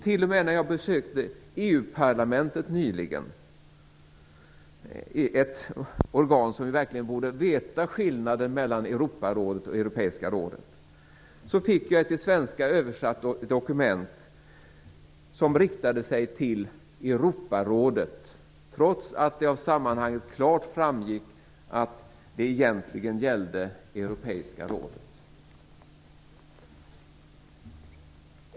T.o.m. när jag nyligen besökte Europaparlamentet, ett organ där man verkligen borde veta skillnaden mellan Europarådet och Europeiska rådet, fick jag ett till svenska översatt dokument som riktade sig till Europarådet, trots att det av sammanhanget klart framgick att det egentligen gällde Europeiska rådet.